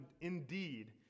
indeed